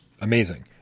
Amazing